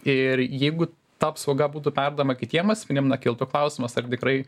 ir jeigu ta apsauga būtų perduodama kitiem asmenim na kiltų klausimas ar tikrai